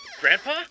Grandpa